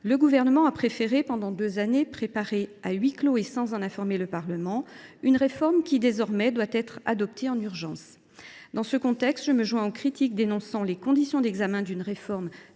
le Gouvernement a préféré préparer, pendant deux années, à huis clos et sans informer le Parlement, une réforme qui doit désormais être adoptée dans l’urgence. Dans ce contexte, je me joins aux critiques qui dénoncent les conditions d’examen d’une réforme